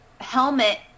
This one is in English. helmet